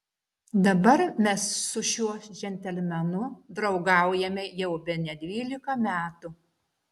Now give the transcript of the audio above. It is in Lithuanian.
dabar mes su šiuo džentelmenu draugaujame jau bene dvylika metų